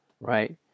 right